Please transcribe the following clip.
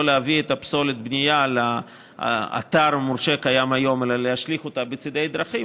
להביא את פסולת הבנייה לאתר הבנייה אלא להשליך אותה בצידי דרכים,